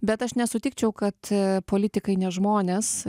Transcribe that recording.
bet aš nesutikčiau kad politikai ne žmonės